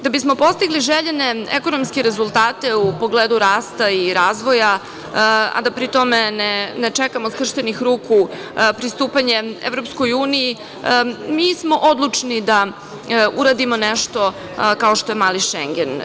Da bismo postigli željene ekonomske rezultate u pogledu rasta i razvoja a da pri tome ne čekamo skrštenih ruku pristupanje EU, mi smo odlučni da uradimo nešto kao što je „mali Šengen“